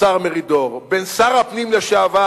השר מרידור, בין שר הפנים דאז,